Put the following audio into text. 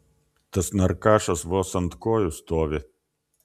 tas narkašas vos ant kojų stovi